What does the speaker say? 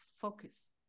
focus